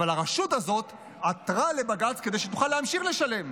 אבל הרשות הזאת עתרה לבג"ץ כדי שתוכל להמשיך לשלם.